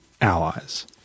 allies